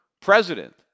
president